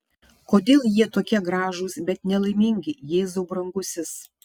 kodėl jie tokie gražūs bet nelaimingi jėzau brangusis